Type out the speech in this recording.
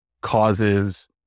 causes